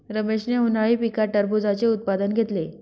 रमेशने उन्हाळी पिकात टरबूजाचे उत्पादन घेतले